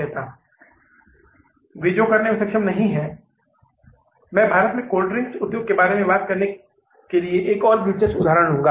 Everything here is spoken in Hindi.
जो वे करने में सक्षम नहीं हैं मैं भारत में कोल्ड ड्रिंक्स उद्योग के बारे में बात करने के लिए एक और दिलचस्प उदाहरण दूँगा